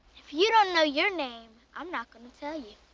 if you don't know your name, i'm not gonna tell you.